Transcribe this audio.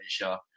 Malaysia